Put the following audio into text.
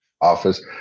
office